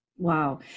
Wow